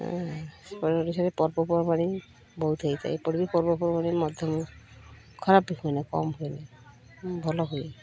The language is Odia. ଏ ପର୍ବପର୍ବାଣି ବହୁତ ହୋଇଥାଏ ଏପଟେ ବି ପର୍ବପର୍ବାଣି ମଧ୍ୟମ ଖରାପ ବି ହୁଏନି କମ୍ ହୁଏନି ଭଲ ହୁଏ